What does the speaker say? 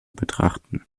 betrachten